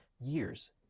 years